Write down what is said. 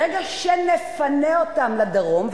ברגע שנפנה אותם לדרום,